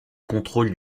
contrôle